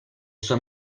sua